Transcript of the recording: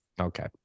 Okay